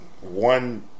one